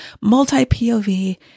multi-POV